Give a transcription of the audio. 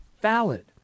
valid